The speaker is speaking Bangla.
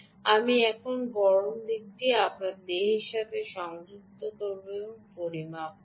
আমি এখানে গরম দিকটি আমার দেহের সাথে সংযুক্ত করব এবং আমি একটি পরিমাপ করব